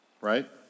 right